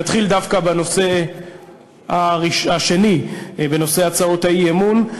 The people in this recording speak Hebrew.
נתחיל דווקא בנושא השני, בנושא הצעות האי-אמון.